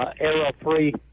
error-free